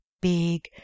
big